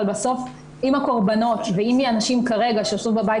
אבל בסוף אם הקורבנות ואם הנשים כרגע שיושבות בבית